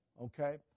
Okay